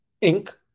ink